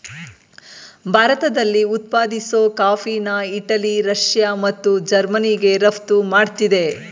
ಭಾರತದಲ್ಲಿ ಉತ್ಪಾದಿಸೋ ಕಾಫಿನ ಇಟಲಿ ರಷ್ಯಾ ಮತ್ತು ಜರ್ಮನಿಗೆ ರಫ್ತು ಮಾಡ್ತಿದೆ